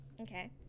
Okay